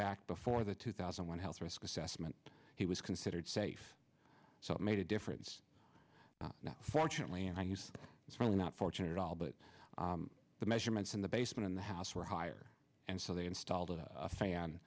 back before the two thousand and one health risk assessment he was considered safe so it made a difference fortunately and i use it's really not fortunate at all but the measurements in the basement in the house were higher and so they installed a fan